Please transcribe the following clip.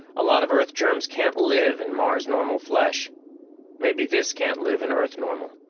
a lot of earth germs can't live in mars-normal flesh maybe this can't live in earth-normal.